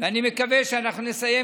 ואני מקווה שאנחנו נסיים,